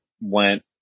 went